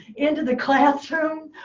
into the classroom,